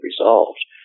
resolved